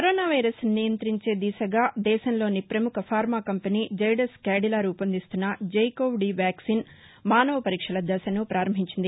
corona వైరస్ను నియంతించే దిశగా దేశంలోని పముఖ ఫార్మా కంపెనీ జైదస్ క్యాడిలా రూపొందిస్తున్న జైకోవ్ డి వ్యాక్సిన్ మానవ పరీక్షల దశను ప్రారంభించింది